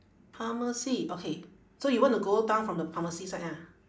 pharmacy okay so you want to go down from the pharmacy side ah